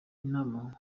inama